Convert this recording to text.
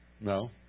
No